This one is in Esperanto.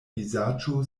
vizaĝo